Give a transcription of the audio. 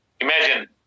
Imagine